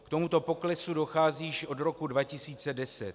K tomuto poklesu dochází již od roku 2010.